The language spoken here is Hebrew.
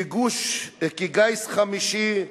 כגיס חמישי,